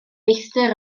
feistr